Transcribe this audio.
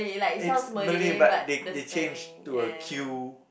it's Malay but they they change to a Q